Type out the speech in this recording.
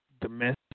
domestic